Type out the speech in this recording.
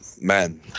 man